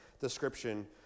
description